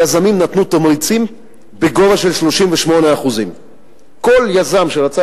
נתנו ליזמים תמריצים בגובה של 38%. כל יזם שרצה